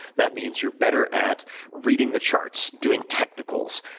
that means you're better at reading the charts, doing technicals,